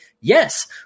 yes